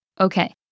Okay